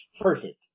perfect